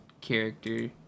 character